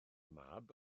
mab